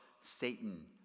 Satan